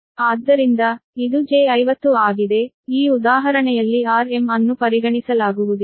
ಆದ್ದರಿಂದ ಇದು j50 ಆಗಿದೆ ಈ ಉದಾಹರಣೆಯಲ್ಲಿ rm ಅನ್ನು ಪರಿಗಣಿಸಲಾಗುವುದಿಲ್ಲ